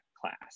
class